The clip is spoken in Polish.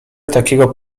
takiego